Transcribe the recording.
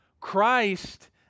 Christ